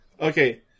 Okay